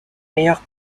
meilleurs